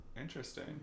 Interesting